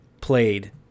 played